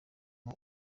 uba